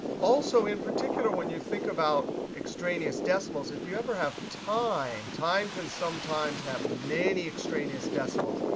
also in particular, when you think about extraneous decimals, if you ever have time, time can sometimes have many extraneous decimals.